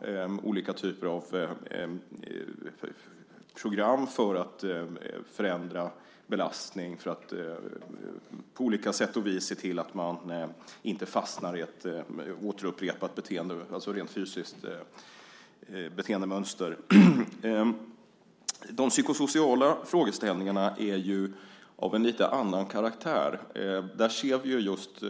Det handlar om olika typer av program för att förändra belastning, för att på olika sätt och vis se till att man inte fastnar i ett återupprepat beteende, alltså ett rent fysiskt beteendemönster. De psykosociala frågeställningarna är av en lite annan karaktär. Där ser vi just